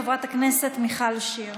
חברת הכנסת מיכל שיר.